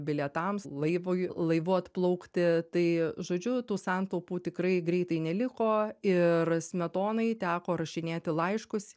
bilietams laivui laivu atplaukti tai žodžiu tų santaupų tikrai greitai neliko ir smetonai teko rašinėti laiškus